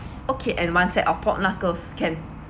okay and one set of pork knuckles can